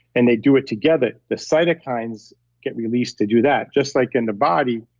and they do it together. the cytokines get released to do that just like in the body,